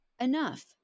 enough